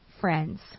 friends